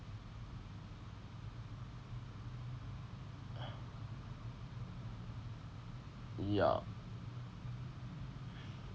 ya